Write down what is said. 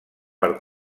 per